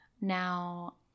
now